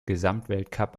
gesamtweltcup